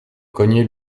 cogner